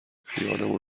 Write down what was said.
خیالمون